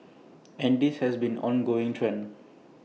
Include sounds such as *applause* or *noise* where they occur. *noise* and this has been an ongoing trend